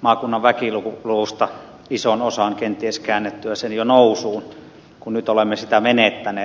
maakunnan väkiluvusta ison osan kenties käännettyä sen jo nousuun kun nyt olemme sitä menettäneet